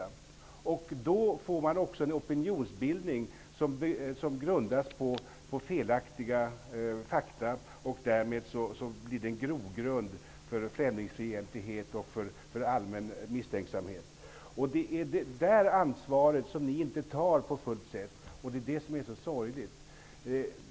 Opinionsbildningen grundas då på felaktiga fakta. Därmed blir det en grogrund för främlingsfientlighet och allmän misstänksamhet. Det är detta ansvar som ni inte tar fullt ut, och det är det som är så sorgligt.